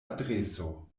adreso